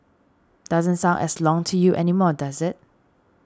doesn't sound as long to you anymore does it